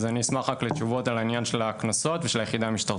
ואני אשמח לתשובות בעניין הקנסות ובעניין היחידה המשטרתית.